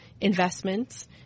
investments